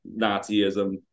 nazism